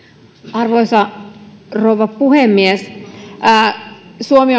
arvoisa rouva puhemies suomi